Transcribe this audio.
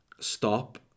stop